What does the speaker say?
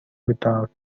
without